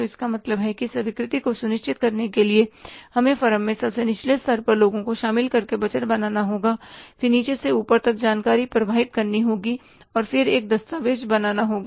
तो इसका मतलब है कि स्वीकृति को सुनिश्चित करने के लिए हमें फर्म में सबसे निचले स्तर पर लोगों को शामिल करके बजट बनाना होगा फिर नीचे से ऊपर तक जानकारी प्रवाहित करनी होगी और फिर एक दस्तावेज़ बनाना होगा